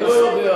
אני לא יודע.